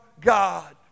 God